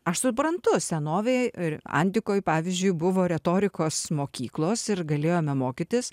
aš suprantu senovėje ir antikoj pavyzdžiui buvo retorikos mokyklos ir galėjome mokytis